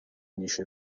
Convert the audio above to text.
نیشت